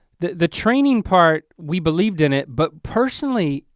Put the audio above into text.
the the training part we believed in it but personally,